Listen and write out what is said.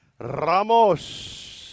Ramos